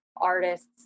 artists